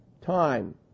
time